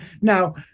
Now